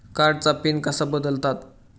कार्डचा पिन कसा बदलतात?